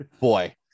boy